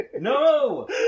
No